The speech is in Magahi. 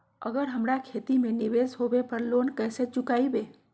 अगर हमरा खेती में निवेस होवे पर लोन कैसे चुकाइबे?